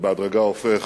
שבהדרגה הופך